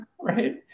right